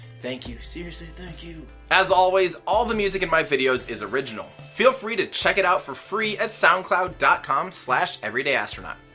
thank you, seriously thank you. as always, all the music in my videos is original. feel free to check it out for free at soundcloud dot com slash everydayastronaut.